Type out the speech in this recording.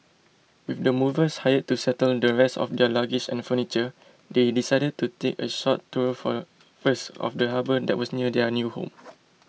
with the movers hired to settle the rest of their luggage and furniture they decided to take a short tour for first of the harbour that was near their new home